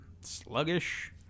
sluggish